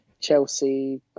Chelsea